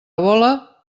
vola